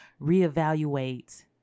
Reevaluate